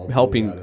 helping